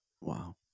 wow